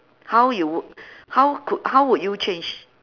how you would how could how would you change